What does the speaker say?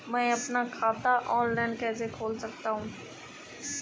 मैं अपना खाता ऑफलाइन कैसे खोल सकता हूँ?